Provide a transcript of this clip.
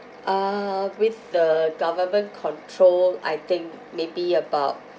ah with the government control I think maybe about